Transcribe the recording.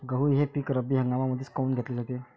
गहू हे पिक रब्बी हंगामामंदीच काऊन घेतले जाते?